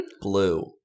blue